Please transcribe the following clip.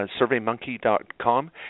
surveymonkey.com